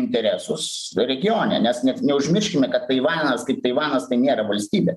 interesus regione nes net neužmirškime kad taivanas kaip taivanas tai nėra valstybė